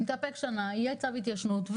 יהיה צו התיישנות.